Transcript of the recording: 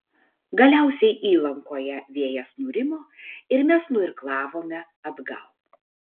galiausiai įlankoje vėjas nurimo ir mes nuirklavome atgal